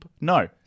No